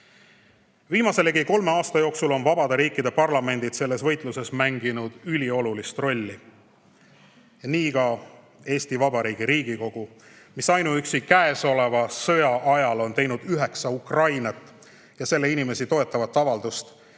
Viimase ligi kolme aasta jooksul on vabade riikide parlamendid selles võitluses mänginud üliolulist rolli. Nii ka Eesti Vabariigi Riigikogu, kes ainuüksi selle sõja ajal on teinud üheksa Ukrainat ja selle inimesi toetavat avaldust